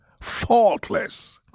Faultless